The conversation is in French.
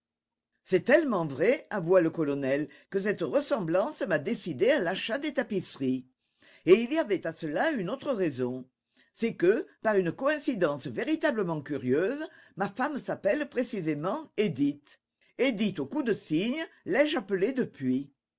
c'est tellement vrai avoua le colonel que cette ressemblance m'a décidé à l'achat des tapisseries et il y avait à cela une autre raison c'est que par une coïncidence véritablement curieuse ma femme s'appelle précisément édith édith au cou de cygne l'ai-je appelée depuis